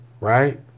Right